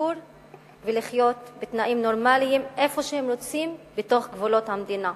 לגור ולחיות בתנאים נורמליים איפה שהם רוצים בתוך גבולות המדינה.